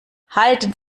halten